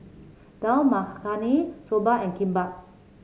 Dal Makhani Soba and Kimbap